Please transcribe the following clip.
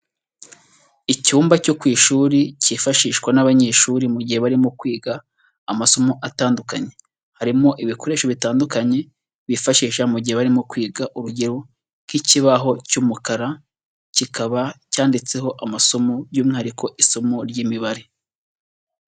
Icyumba cyo ku ishuri cyifashishwa n'abanyeshuri mu gihe barimo kwiga amasomo atandukanye, harimo ibikoresho bitandukanye bifashisha mu gihe barimo kwiga urugero nk'ikibaho cy'umukara kikaba cyanditseho amasomo by'umwihariko isomo ry'imibare.